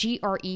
GRE